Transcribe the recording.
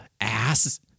ass